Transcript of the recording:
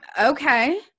Okay